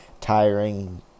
tiring